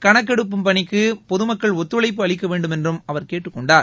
கணக்கெடுக்கும் பணிக்கு பொதுமக்கள் ஒத்துழைப்பு அளிக்க வேண்டுமென்றும் அவர் கேட்டுக் கொண்டார்